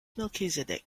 melchizedek